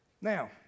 Now